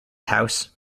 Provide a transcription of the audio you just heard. house